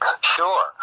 Sure